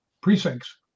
precincts